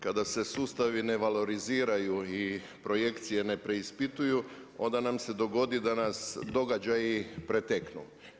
Kada se sustavi ne valoriziraju i projekcije ne preispituju onda nam se dogodi danas događaji preteknu.